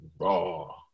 raw